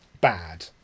bad